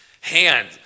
hand